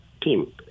team